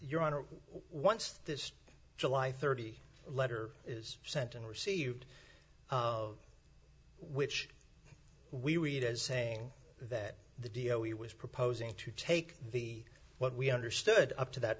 your honor once this july thirty letter is sent and received which we read as saying that the dio he was proposing to take the what we understood up to that